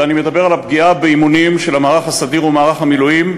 ואני מדבר על הפגיעה באימונים של המערך הסדיר ומערך המילואים,